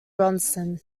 bronson